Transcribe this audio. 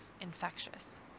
infectious